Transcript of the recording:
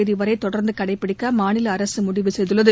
தேதிவரை தொடர்ந்து கடைபிடிக்க மாநில அரசு முடிவு செய்துள்ளது